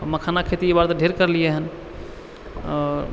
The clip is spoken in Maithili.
मखानाके खेती ई बार तऽ ढेर करलिए हँ आओर